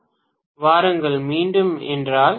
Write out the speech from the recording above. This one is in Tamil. பேராசிரியர் வாருங்கள் மீண்டும் என்றால்